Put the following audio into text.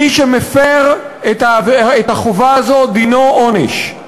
מי שמפר את החובה הזו, דינו עונש.